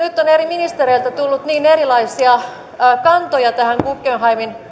nyt on eri ministereiltä tullut niin erilaisia kantoja tähän guggenheimin